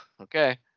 Okay